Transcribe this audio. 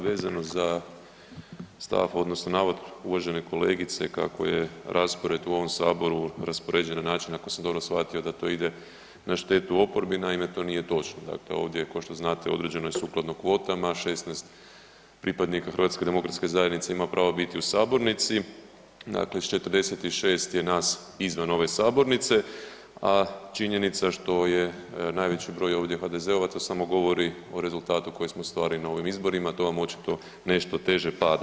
Vezano za stav, odnosno navod uvažene kolegice kako je raspored u ovom Saboru raspoređen na način, ako sam dobro shvatio da to ide na štetu oporbi, naime, to nije točno, dakle ovdje je, kao što znate, određeno je sukladno kvotama, 16 pripadnika HDZ-a ima pravo biti u sabornici, dakle s 46 je nas izvan ove sabornice, a činjenica što je najveći broj ovdje HDZ-ovaca samo govori o rezultati koji smo ostvarili na ovim izborima, to vam očito nešto teže pada.